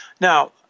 Now